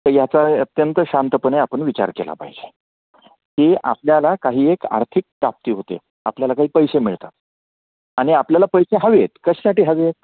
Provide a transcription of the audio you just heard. तर याचा अत्यंत शांतपणे आपण विचार केला पाहिजे की आपल्याला काही एक आर्थिक प्राप्ती होते आपल्याला काही पैसे मिळतात आणि आपल्याला पैसे हवे आहेत कशासाठी हवे आहेत